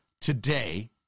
today